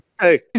Hey